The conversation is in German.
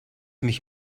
mich